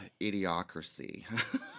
idiocracy